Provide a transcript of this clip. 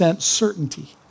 certainty